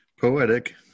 poetic